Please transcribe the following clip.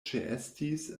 ĉeestis